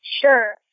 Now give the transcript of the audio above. Sure